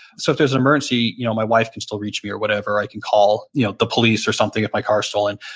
so if there's an emergency you know my wife can still reach me or whatever. i can call you know the police or something if my car's stolen,